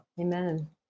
Amen